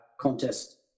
contest